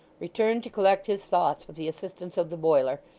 returned to collect his thoughts with the assistance of the boiler,